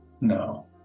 no